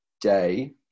day